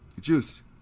juice